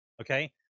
Okay